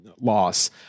loss